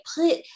put